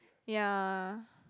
yeah